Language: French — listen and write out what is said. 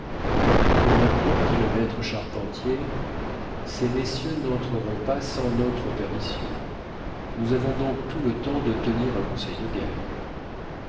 et maintenant dit le maître charpentier ces messieurs n'entreront pas sans notre permission nous avons donc tout le temps de tenir un conseil de guerre